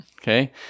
Okay